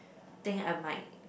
think I might